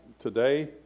today